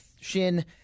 shin